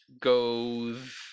goes